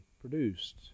produced